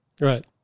Right